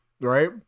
right